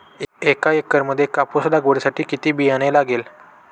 एका एकरामध्ये कापूस लावण्यासाठी किती बियाणे लागेल?